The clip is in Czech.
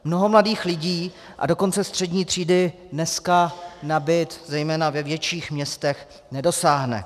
Mnoho mladých lidí, a dokonce střední třída, dneska na byt zejména ve větších městech nedosáhne.